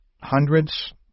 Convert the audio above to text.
hundreds